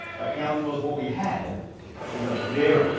but councillors, what we have is a very,